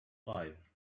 five